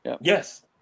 Yes